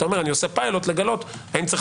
כי אתה אומר אני עושה פיילוט לגלות האם צריך